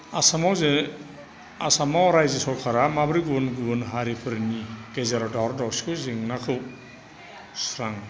आसामाव जे आसामाव रायजो सरकारा माब्रै गुबुन गुबुन हारिफोरनि गेजेराव दावराव दावसि जेंनाखौ सुस्राङो